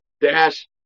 dash